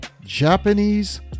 Japanese